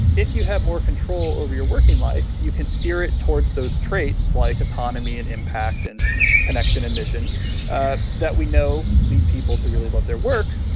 if you have more control over your working life you can steer it towards those traits like autonomy and impact and connection admission ah that we know lead people to really love their work.